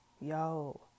Yo